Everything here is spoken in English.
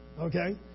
okay